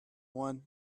one